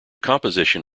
composition